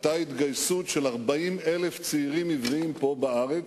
היתה התגייסות של 40,000 צעירים עבריים, פה בארץ,